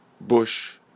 Bush